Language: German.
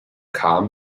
kam